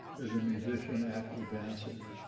as a musician, after dancer,